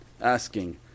asking